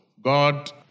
God